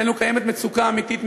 אצלנו קיימת מצוקה אמיתית,